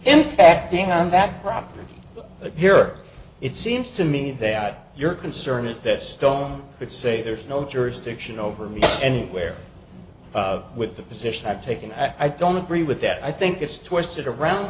and acting on that property but here it seems to me that your concern is that stone would say there's no jurisdiction over me anywhere with the position i'm taking i don't agree with that i think it's twisted around